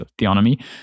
Theonomy